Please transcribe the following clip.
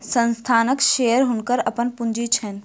संस्थानक शेयर हुनकर अपन पूंजी छैन